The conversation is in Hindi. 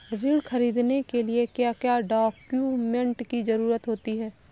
ऋण ख़रीदने के लिए क्या क्या डॉक्यूमेंट की ज़रुरत होती है?